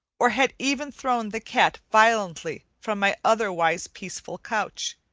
or had even thrown the cat violently from my otherwise peaceful couch.